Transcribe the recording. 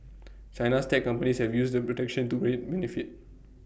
China's tech companies have used the protection to great benefit